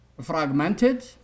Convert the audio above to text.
fragmented